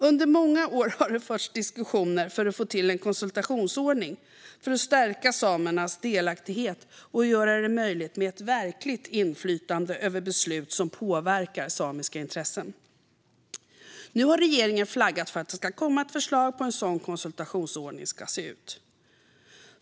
Under många år har det förts diskussioner för att få till en konsultationsordning för att stärka samernas delaktighet och göra det möjligt med ett verkligt inflytande över beslut som påverkar samiska intressen. Nu har regeringen flaggat för att det ska komma ett förslag på hur en sådan konsultationsordning ska se ut.